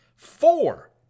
Four